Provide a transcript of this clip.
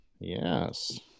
Yes